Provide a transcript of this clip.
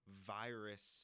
virus